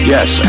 Yes